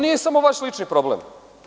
Nije to samo vaš lični problem.